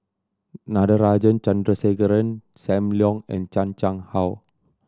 Natarajan Chandrasekaran Sam Leong and Chan Chang How